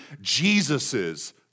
Jesus's